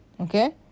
okay